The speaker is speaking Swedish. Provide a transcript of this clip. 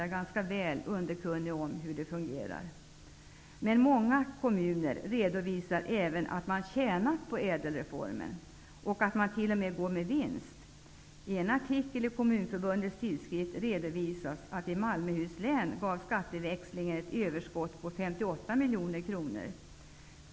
Jag är ganska väl underkunnig om hur det fungerar där. Men många kommuner redovisar även att man tjänat på ÄDEL-reformen. Man går t.o.m. med vinst. I en artikel i Kommunförbundets tidskrift redovisas att i Malmöhus län gav skatteväxlingen ett överskott på 58 miljoner kronor.